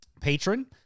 patron